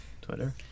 Twitter